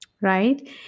right